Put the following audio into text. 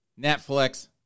Netflix